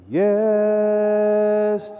yes